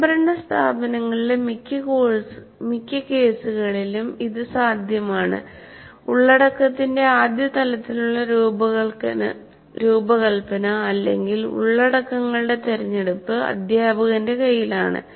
സ്വയംഭരണ സ്ഥാപനങ്ങളിലെ മിക്ക കേസുകളിലും ഇത് സാധ്യമാണ് ഉള്ളടക്കത്തിന്റെ ആദ്യ തലത്തിലുള്ള രൂപകൽപ്പന അല്ലെങ്കിൽ ഉള്ളടക്കങ്ങളുടെ തിരഞ്ഞെടുപ്പ് അധ്യാപകന്റെ കയ്യിലാണ്